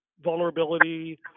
Vulnerability